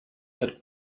had